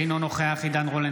אינו נוכח עידן רול,